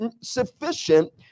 sufficient